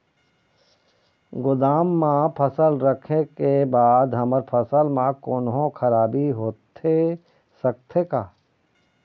गोदाम मा फसल रखें के बाद हमर फसल मा कोन्हों खराबी होथे सकथे का?